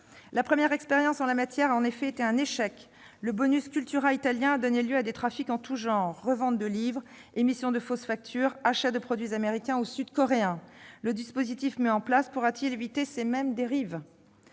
La première expérience en la matière a en effet été un échec. Le italien a donné lieu à des trafics en tout genre : reventes de livres, émissions de fausses factures, achats de produits américains ou sud-coréens, etc. Le dispositif mis en place pourra-t-il éviter ces mêmes dérives ?